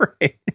right